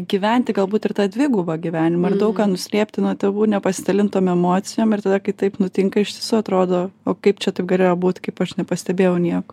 gyventi galbūt ir tą dvigubą gyvenimą ir daug ką nuslėpti nuo tėvų nepasidalint tom emocijom ir tada kai taip nutinka iš tiesų atrodo o kaip čia taip galėjo būt kaip aš nepastebėjau nieko